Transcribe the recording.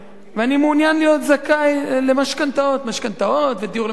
ומעוניין להיות זכאי למשכנתאות ודיור למשתכן.